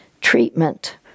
treatment